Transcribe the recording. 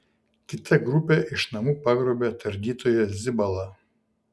kita grupė iš namų pagrobė tardytoją zibalą